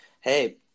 hey